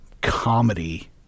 comedy